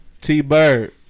T-Bird